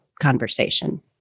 conversation